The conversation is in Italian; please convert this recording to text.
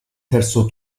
terzo